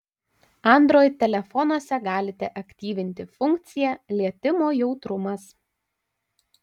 android telefonuose galite aktyvinti funkciją lietimo jautrumas